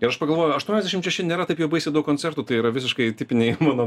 ir aš pagalvojau aštuoniasdešim šeši nėra taip jau baisiai daug koncertų tai yra visiškai tipiniai mano